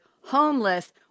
homeless